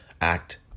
Act